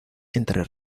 entre